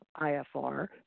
IFR